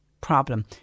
problem